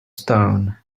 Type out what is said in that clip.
stone